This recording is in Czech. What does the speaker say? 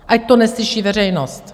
Ať to neslyší veřejnost!